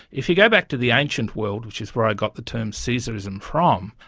if you go back to the ancient world, which is where i got the term caesarism from,